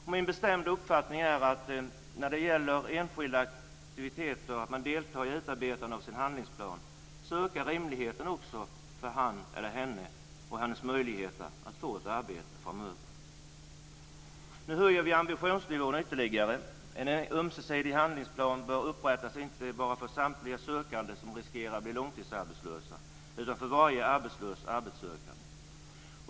Det är min bestämda uppfattning att den enskilde rimligen ökar sina möjligheter att få ett arbete framöver när han eller hon aktivt deltar i utarbetandet av sin handlingsplan.